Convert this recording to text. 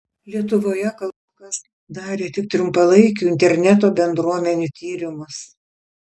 lietuvoje kol kas darė tik trumpalaikių interneto bendruomenių tyrimus